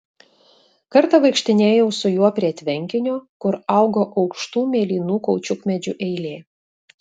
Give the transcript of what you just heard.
kartą vaikštinėjau su juo prie tvenkinio kur augo aukštų mėlynų kaučiukmedžių eilė